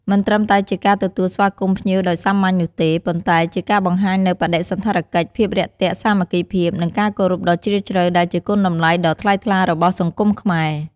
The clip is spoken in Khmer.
មិនត្រឹមតែជាការទទួលស្វាគមន៍ភ្ញៀវដោយសាមញ្ញនោះទេ ប៉ុន្តែជាការបង្ហាញនូវ បដិសណ្ឋារកិច្ច ភាពរាក់ទាក់ សាមគ្គីភាព និងការគោរពដ៏ជ្រាលជ្រៅ ដែលជាគុណតម្លៃដ៏ថ្លៃថ្លារបស់សង្គមខ្មែរ។